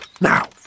Now